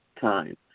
time